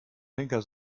henker